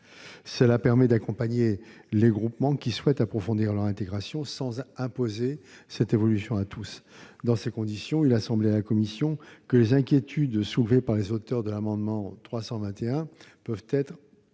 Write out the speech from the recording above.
Cela permet d'accompagner les groupements qui souhaitent approfondir leur intégration, sans imposer cette évolution à tous. Dans ces conditions, il semble à la commission que les inquiétudes soulevées par les auteurs de l'amendement n° 321 sont levées,